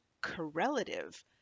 correlative